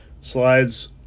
Slides